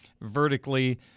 vertically